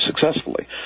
successfully